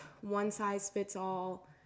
one-size-fits-all